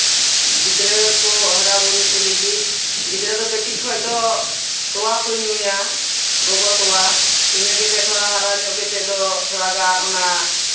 ᱜᱤᱫᱽᱨᱟᱹ ᱠᱚ ᱦᱟᱨᱟᱼᱵᱩᱨᱩ ᱠᱚ ᱞᱟᱹᱜᱤᱫ ᱜᱤᱫᱽᱨᱟᱹ ᱫᱚ ᱠᱟᱹᱴᱤᱡ ᱠᱷᱚᱡ ᱫᱚ ᱛᱳᱣᱟ ᱠᱚ ᱧᱩᱭᱟ ᱜᱚᱜᱚ ᱛᱳᱣᱟ ᱤᱱᱟᱹ ᱠᱟᱛᱮᱫ ᱦᱟᱨᱟ ᱧᱚᱜ ᱠᱟᱛᱮᱫ ᱫᱚ ᱛᱷᱚᱲᱟᱜᱟᱱ ᱚᱱᱟ